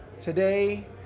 Today